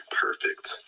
perfect